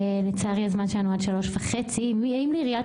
לצערי יש לנו זמן רק עד 15:30. האם לעיריית